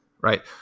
right